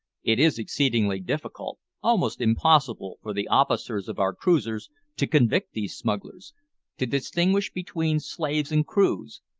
it is exceedingly difficult, almost impossible, for the officers of our cruisers to convict these smugglers to distinguish between slaves and crews,